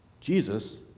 Jesus